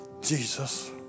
Jesus